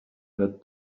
that